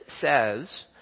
says